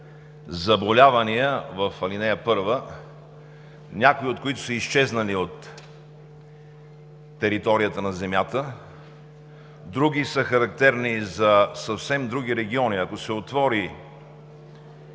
заболявания, някои от които са изчезнали от територията на Земята, други са характерни за съвсем други региони. Ако се отвори